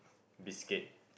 biscuit